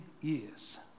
years